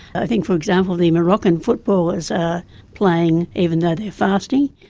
i think for example the moroccan footballers are playing even though they're fasting.